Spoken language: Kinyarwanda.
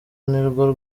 nirwo